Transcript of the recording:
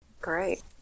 Great